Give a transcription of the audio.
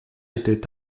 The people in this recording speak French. était